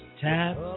tap